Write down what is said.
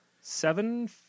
seven